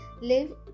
Live